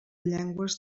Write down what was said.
llengües